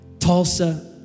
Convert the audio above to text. Tulsa